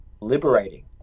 liberating